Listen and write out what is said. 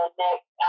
next